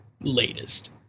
latest